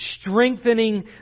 strengthening